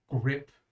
grip